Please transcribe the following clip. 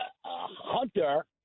Hunter